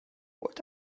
what